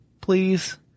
Please